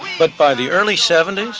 but by the early seventy s,